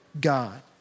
God